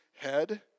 head